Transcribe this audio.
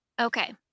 Okay